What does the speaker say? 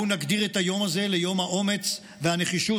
בואו נגדיר את היום הזה יום האומץ והנחישות,